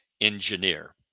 engineer